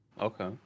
okay